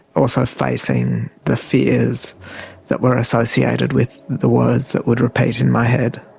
also facing the fears that were associated with the words that would repeat in my head.